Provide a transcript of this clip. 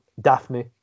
Daphne